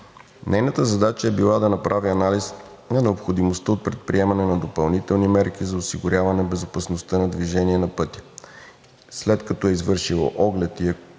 Нейната задача е била да направи анализ на необходимостта от предприемане на допълнителни мерки за осигуряване безопасността на движение на пътя. След като е извършила оглед, Комисията